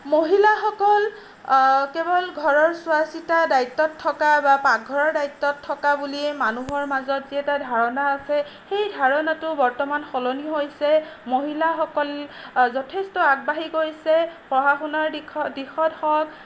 মহিলাসকল কেৱল ঘৰৰ চোৱা চিতা দায়িত্বত থকা বা পাকঘৰৰ দায়িত্বত থকা বুলিয়েই মানুহৰ মাজত যি এটা ধাৰণা আছে সেই ধাৰণাটো বৰ্তমান সলনি হৈছে মহিলাসকল যথেষ্ট আগবাঢ়ি গৈছে পঢ়া শুনাৰ দিশত হওক